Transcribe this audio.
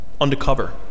undercover